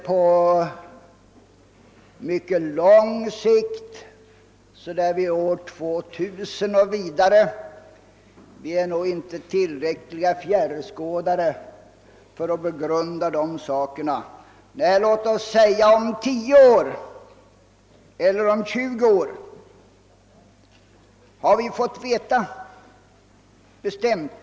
Jag syftar inte på en så avlägsen tidpunkt som år 2000 eller ännu senare — vi är nog inte tillräckligt mycket av fjärrskådare för att begrunda de sakerna — men låt mig säga att det skulle gälla en tidsperiod på tio eller tjugo år.